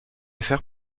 faire